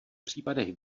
případech